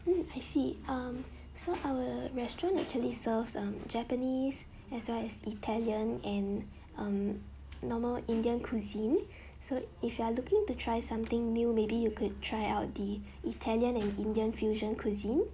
hmm I see um so our restaurant actually serves um japanese as well as italian and um normal indian cuisine so if you are looking to try something new maybe you could try out the italian and indian fusion cuisine